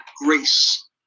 grace